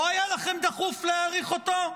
לא היה לכם דחוף להאריך אותו?